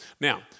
now